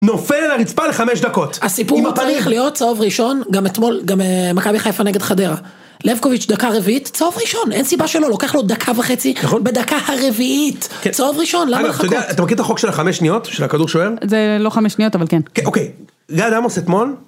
נופל על הרצפה ל-5 דקות. הסיפור צריך להיות צהוב ראשון, גם אתמול, גם מכבי חיפה נגד חדרה. לבקוביץ', דקה רביעית, צהוב ראשון, אין סיבה שלא, לוקח לו דקה וחצי, בדקה הרביעית. צהוב ראשון, למה לחכות? אתה מכיר את החוק של החמש שניות, של הכדור-שוער? זה לא חמש שניות, אבל כן. כן, אוקיי. יודע מה, עמוס, אתמול?